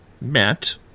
met